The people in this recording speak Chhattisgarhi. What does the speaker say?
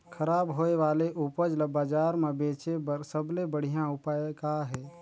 खराब होए वाले उपज ल बाजार म बेचे बर सबले बढ़िया उपाय का हे?